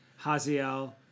Haziel